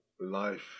life